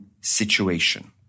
situation